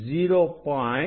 001